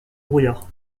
brouillard